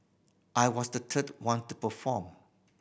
I was the third one to perform